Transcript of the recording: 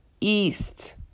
east